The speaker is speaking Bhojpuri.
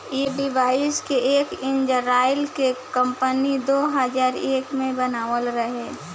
ऐ डिवाइस के एक इजराइल के कम्पनी दो हजार एक में बनाइले रहे